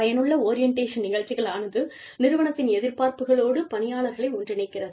பயனுள்ள ஓரியண்டேஷன் நிகழ்ச்சிகளானது நிறுவனத்தின் எதிர்பார்ப்புகளோடு பணியாளர்களை ஒன்றிணைக்கிறது